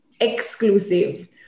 exclusive